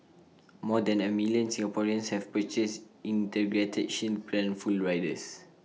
more than A million Singaporeans have purchased integrated shield plan full riders